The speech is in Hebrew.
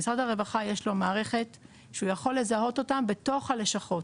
למשרד הרווחה יש מערכת שהוא יכול לזהות אותם בתוך הלשכות.